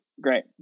Great